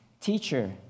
Teacher